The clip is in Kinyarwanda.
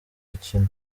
rukino